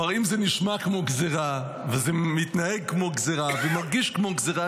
אם זה נשמע כמו גזרה ומתנהג כמו גזרה ומרגיש כמו גזרה,